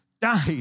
died